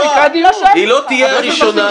אני לא שואלת אותך.